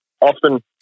often